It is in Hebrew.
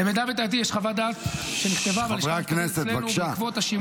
למיטב ידיעתי, יש חוות דעת שנכתבה, בעקבות השימוע